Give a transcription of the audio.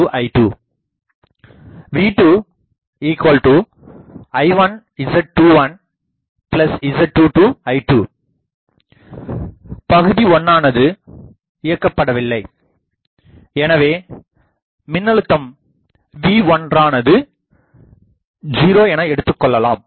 V1I1Z11Z12I2 V2I1Z21Z22I2 பகுதி1னானது இயக்கப்படவில்லை எனவே மின்னழுத்தம்V1னானது 0 எனக்கொள்ளலாம்